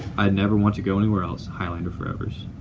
i'd never want to go anywhere else. highlander forevers.